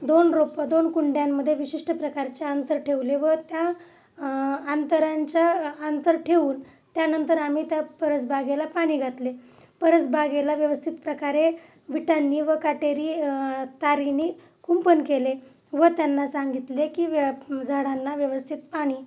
दोन रोपं दोन कुंड्यांमध्ये विशिष्ट प्रकारच्या अंतर ठेवले व त्या अंतरांच्या अंतर ठेवून त्यानंतर आम्ही त्या परसबागेला पाणी घातले परस बागेला व्यवस्थित प्रकारे विटांनी व काटेरी तारेनी कुंपण केले व त्यांना सांगितले की व झाडांना व्यवस्थित पाणी